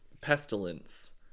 pestilence